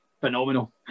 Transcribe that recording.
Phenomenal